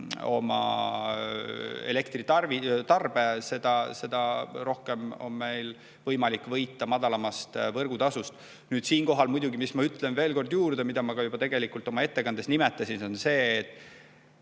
oma elektritarbe, seda rohkem on meil võimalik võita madalamast võrgutasust. Siinkohal muidugi ma ütlen veel kord juurde, nagu ma juba ka oma ettekandes nimetasin, et